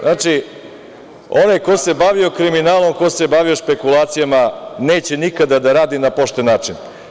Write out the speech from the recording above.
Znači, onaj ko se bavio kriminalom, ko se bavio špekulacijama neće nikada da radi na pošten način.